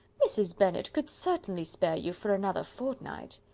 mrs. bennet could certainly spare you for another fortnight.